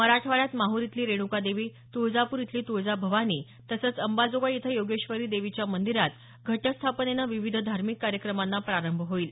मराठवाड्यात माहूर इथली रेणुका देवी तुळजापूर इथली तुळजाभवानी तसंच अंबाजोगाई इथं योगेश्वरी देवीच्या मंदिरात घटस्थापनेनं विविध धार्मिक कार्यक्रमांना प्रारंभ होईल